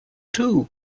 too